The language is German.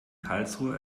karlsruhe